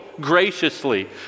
graciously